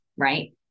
right